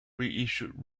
reissued